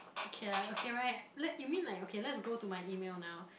okay lah okay right like you mean like okay let's go to my email now